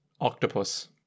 octopus